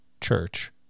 church